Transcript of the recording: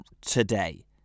today